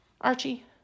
Archie